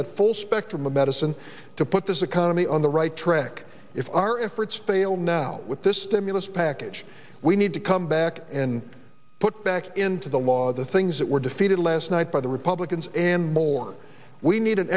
a full spectrum of medicine to put this economy on the right track if our efforts fail now with this stimulus package we need to come back and put back into the law the things that were defeated last night by the republicans and more we need an